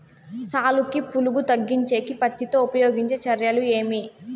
సాలుకి పులుగు తగ్గించేకి పత్తి లో ఉపయోగించే చర్యలు ఏమి?